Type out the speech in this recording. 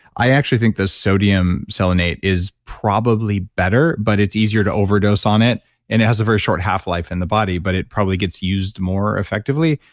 i actually think the sodium selenate is probably better, but it's easier to overdose on it and it has a very short half-life in the body, but it probably gets used more effectively.